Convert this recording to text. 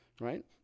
right